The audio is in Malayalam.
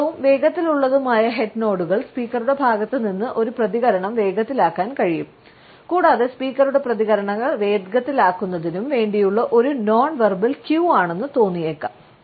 അമിതവും വേഗത്തിലുള്ളതുമായ ഹെഡ് നോഡുകൾ സ്പീക്കറുടെ ഭാഗത്ത് നിന്ന് ഒരു പ്രതികരണം വേഗത്തിലാക്കാൻ കഴിയും കൂടാതെ സ്പീക്കറുടെ പ്രതികരണങ്ങൾ വേഗത്തിലാക്കുന്നതിനു വേണ്ടിയുള്ള ഒരു നോണ് വെർബൽ ക്യൂ ആണെന്ന് തോന്നിയേക്കാം